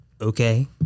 Okay